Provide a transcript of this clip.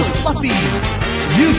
fluffy